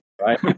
right